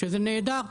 שזה נהדר,